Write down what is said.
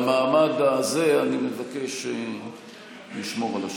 במעמד הזה אני מבקש לשמור על השקט.